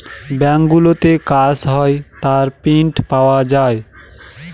ব্যাঙ্কগুলোতে কাজ হয় তার প্রিন্ট পাওয়া যায়